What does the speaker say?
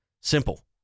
Simple